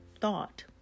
thought